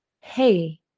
Hey